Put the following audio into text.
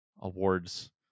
awards